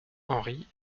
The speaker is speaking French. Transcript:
henri